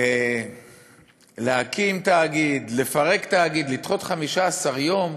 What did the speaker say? בכלל, להקים תאגיד, לפרק תאגיד, לדחות ב-15 יום.